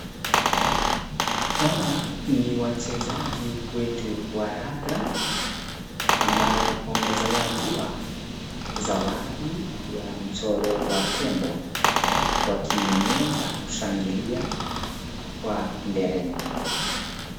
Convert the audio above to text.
Hawa ni wachezaji wetu wa raga ambao wamezawadiwa zawadi ya mchoro wa tembo wakiinua na kushangilia kwa nderemo.